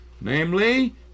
namely